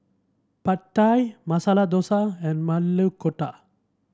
Pad Thai Masala Dosa and Maili Kofta